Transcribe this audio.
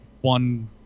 one